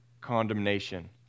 condemnation